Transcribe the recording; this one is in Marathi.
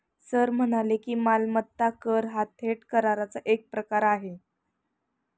सर म्हणाले की, मालमत्ता कर हा थेट कराचा एक प्रकार आहे